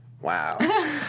Wow